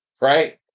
right